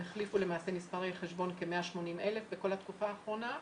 כ-180,000 אנשים החליפו מספרי חשבון בתקופה האחרונה.